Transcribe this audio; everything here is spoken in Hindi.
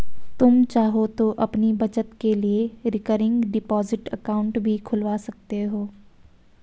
तुम चाहो तो अपनी बचत के लिए रिकरिंग डिपॉजिट अकाउंट भी खुलवा सकते हो